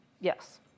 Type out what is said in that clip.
Yes